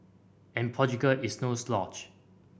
and Portugal is no slouch